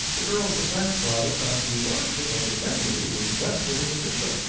the girl's defense was, that the lordship of the seigniory was vested in the bishop,